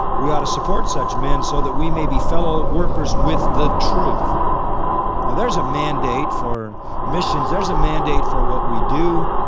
we ought to support such men so that we may be fellow workers with the truth. now there's a mandate for missions. there's a mandate for what we do.